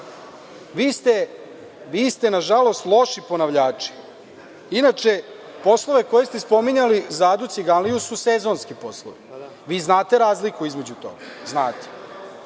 Vi ste na žalost loši ponavljači. Inače, poslove koje ste spominjali za Adu Ciganliju su sezonski poslovi. Vi znate razliku između toga? Znate.